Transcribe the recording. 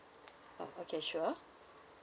oh okay sure